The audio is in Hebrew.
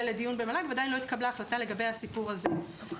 לדיון במל"ג ועדיין לא התקבלה החלטה בקשר לסיפור הזה.